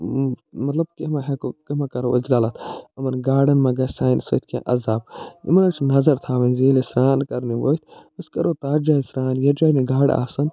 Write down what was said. مطلب کیٚنٛہہ ما ہٮ۪کو کیٚنٛہہ ما کَرو أسۍ غلط یِمن گاڈن ما گَژھِ سانہِ سۭتۍ کیٚنٛہہ عزاب یِم حظ چھُ نظر تھاوٕنۍ زِ ییٚلہِ سران کَر نہِ ؤتھۍ أسۍ کَرو تتھ جایہِ سران یَتھ جایہِ نہٕ گاڈٕ آسن